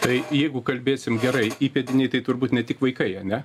tai jeigu kalbėsim gerai įpėdiniai tai turbūt ne tik vaikai ane